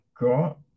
got